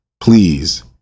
Please